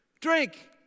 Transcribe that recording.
Drink